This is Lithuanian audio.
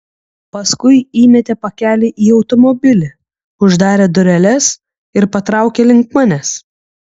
paskui įmetė pakelį į automobilį uždarė dureles ir patraukė link manęs